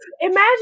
imagine